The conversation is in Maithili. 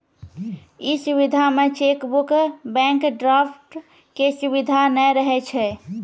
इ सुविधा मे चेकबुक, बैंक ड्राफ्ट के सुविधा नै रहै छै